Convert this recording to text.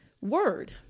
Word